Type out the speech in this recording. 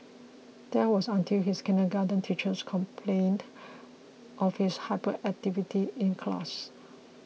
that was until his kindergarten teachers complained of his hyperactivity in class